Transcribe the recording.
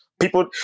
People